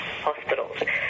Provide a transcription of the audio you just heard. hospitals